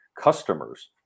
customers